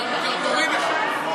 תוריד אחד.